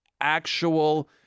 actual